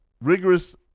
rigorous